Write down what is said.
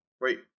Wait